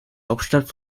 hauptstadt